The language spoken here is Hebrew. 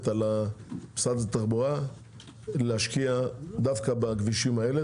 על משרד התחבורה להשקיע דווקא בכבישים האלה.